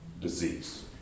disease